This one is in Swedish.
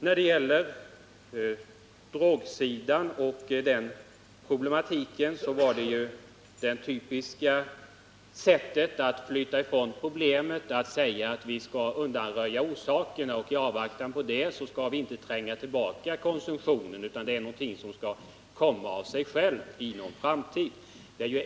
När det gäller drogerna är det ju ett typiskt sätt att flyta från problemet att säga, att vi skall undanröja orsakerna och i avvaktan på det skall vi inte tränga tillbaka konsumtionen. Förbättringar är någonting som sedan skall komma av sig självt i en framtid.